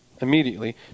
immediately